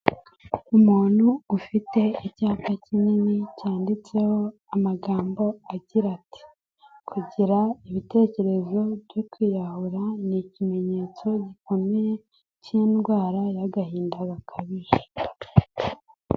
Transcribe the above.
Umuntu ufite icyapa kinini cyanditseho amagambo agira ati kugira ibitekerezo byo kwiyahura ni ikimenyetso gikomeye cy'indwara y'agahinda gakabije.